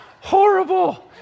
horrible